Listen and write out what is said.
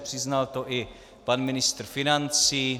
Přiznal to i pan ministr financí.